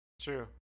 True